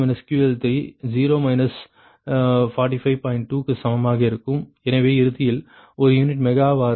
2 க்கு சமமாக இருக்கும் எனவே இறுதியில் ஒரு யூனிட் மெகா வார் க்கு 0